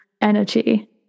energy